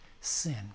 sin